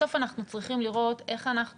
בסוף אנחנו צריכים לראות איך אנחנו